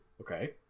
Okay